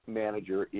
manager